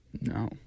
no